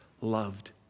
loved